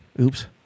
Oops